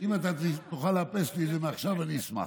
אם אתה תוכל לאפס לי את זה מעכשיו, אני אשמח.